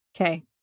Okay